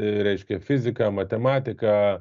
reiškia fiziką matematiką